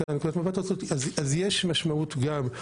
לאלו שיש להם הורים אקדמיים.